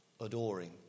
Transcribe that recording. adoring